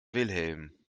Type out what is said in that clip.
wilhelm